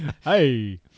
Hey